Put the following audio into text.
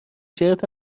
شرت